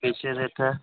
कैसे रेट है